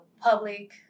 public